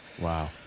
Wow